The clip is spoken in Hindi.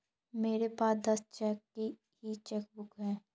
मेरे पास दस चेक की ही चेकबुक है